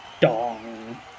dong